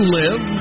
live